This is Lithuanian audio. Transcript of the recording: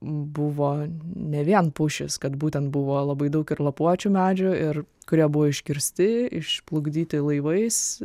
buvo ne vien pušys kad būtent buvo labai daug ir lapuočių medžių ir kurie buvo iškirsti išplukdyti laivais